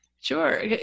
Sure